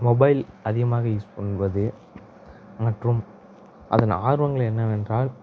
mobile அதிகமாக use பண்ணுவது மற்றும் அதன் ஆர்வங்கள் என்னவென்றால்